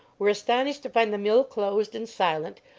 were astonished to find the mill closed and silent,